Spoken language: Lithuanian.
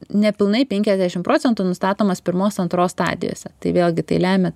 nepilnai penkiasdešim procentų nustatomas pirmos antros stadijose tai vėlgi tai lemia